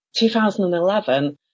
2011